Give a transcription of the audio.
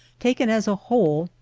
taken as a whole,